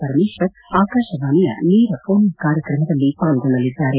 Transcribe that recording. ಪರಮೇಶ್ವರ್ ಆಕಾಶವಾಣಿಯ ನೇರ phone in ಕಾರ್ಯಕ್ರಮದಲ್ಲಿ ಪಾಲ್ಗೊಳ್ಳಲಿದ್ದಾರೆ